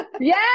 Yes